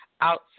outside